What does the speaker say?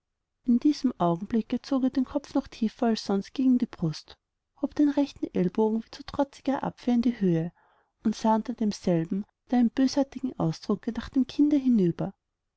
in diesem augenblicke bog er den kopf noch tiefer als sonst gegen die brust hob den rechten ellbogen wie zu trotziger abwehr in die höhe und sah unter demselben mit einem bösartigen ausdrucke nach dem kinde hinüber